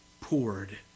poured